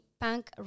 Punk